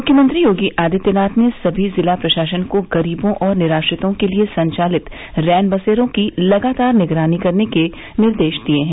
मुख्यमंत्री योगी आदित्यनाथ ने सभी जिला प्रषासन को गरीबों और निराश्रितों के लिए संचालित रैन बसेरों की लगातार निगरानी करने के निर्देष दिये हैं